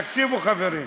תקשיבו, חברים,